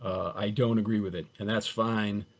i don't agree with it. and that's fine.